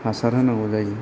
हासार होनांगौ जायो